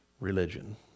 religion